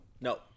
no